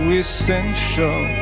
essential